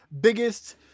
biggest